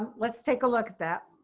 let's take a look at that.